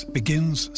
begins